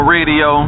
Radio